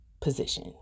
position